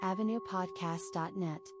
AvenuePodcast.net